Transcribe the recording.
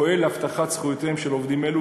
פועל להבטחת זכויותיהם של עובדים אלו